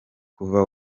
kuva